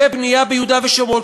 ובנייה ביהודה ושומרון,